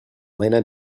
lenna